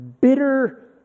bitter